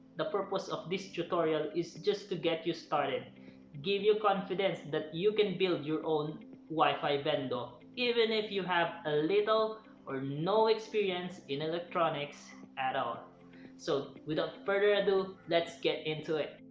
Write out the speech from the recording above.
the puropose of this tutorial is just to get you started give you confidence that you can build your own wifi vendo even if you have ah little or no experience in electronics at all so without further ado let's get into it!